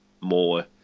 more